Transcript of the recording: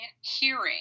hearing